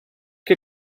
che